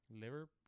liver